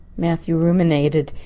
matthew ruminated.